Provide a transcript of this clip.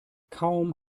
kaum